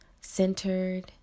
Centered